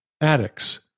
addicts